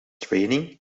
training